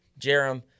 Jerem